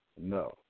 No